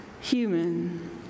human